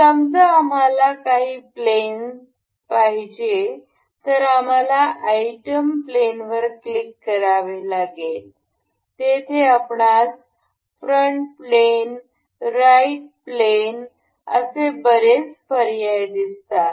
समजा आम्हाला काही प्लेन पाहिजेत तर आम्हाला आयटम प्लेनवर क्लिक करावे लागतील तिथे आपणास फ्रंट प्लेन राईट प्लॅन असे बरेच पर्याय दिसतात